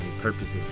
purposes